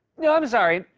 yeah i'm sorry,